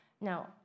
Now